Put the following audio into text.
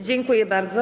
Dziękuję bardzo.